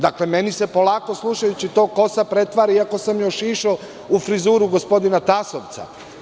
Dakle, meni se polako, slušajući to, kosa pretvara, iako sam je ošišao, u frizuru gospodina Tasovca.